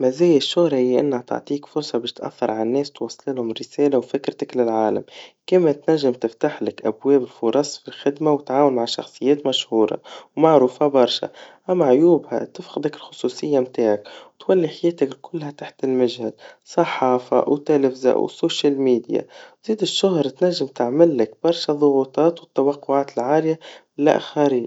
مزايا الشهرا, هي أنها تعطيك فرصا باش تأثر على الناس, وتوصلهم رسالا وفكرتك للعالم, كيما تنجم تفتحلك أبواب الفرص في خدما, وتعاون مع شخصيات مشهورا, ومعرفا برشا, أما عيوبها تفقدك الخصوصيا متاعك, وتولي حياتك كلها تحت المجهر, صحافا وتلفزا وسوشيل ميديا, زاد الشهرا تنجم تعملك برشا ضغوطات, والتوقعات العاليا بآخرين.